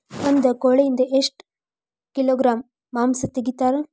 ಒಂದು ಕೋಳಿಯಿಂದ ಎಷ್ಟು ಕಿಲೋಗ್ರಾಂ ಮಾಂಸ ತೆಗಿತಾರ?